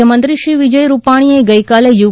મુખ્યમંત્રી શ્રી વિજયભાઇ રૂપાણીએ ગઇકાલે યુ